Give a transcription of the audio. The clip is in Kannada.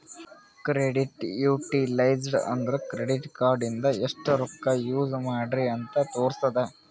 ಕ್ರೆಡಿಟ್ ಯುಟಿಲೈಜ್ಡ್ ಅಂದುರ್ ಕ್ರೆಡಿಟ್ ಕಾರ್ಡ ಇಂದ ಎಸ್ಟ್ ರೊಕ್ಕಾ ಯೂಸ್ ಮಾಡ್ರಿ ಅಂತ್ ತೋರುಸ್ತುದ್